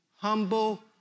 humble